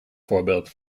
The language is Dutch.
voorbeeld